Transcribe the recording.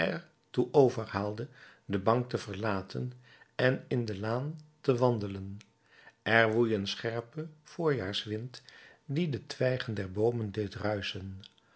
toe overhaalde de bank te verlaten en in de laan te wandelen er woei een scherpe voorjaars wind die de twijgen der boomen deed ruischen